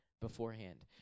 beforehand